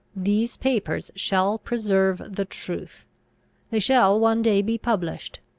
these papers shall preserve the truth they shall one day be published,